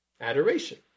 Adoration